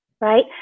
right